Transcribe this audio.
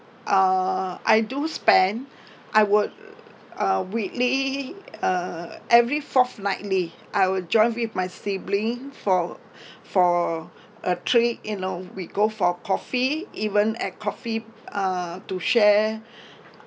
uh I do spend I would uh weekly uh every fortnightly I would join with my sibling for for a treat you know we go for coffee even at coffee uh to share